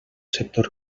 sector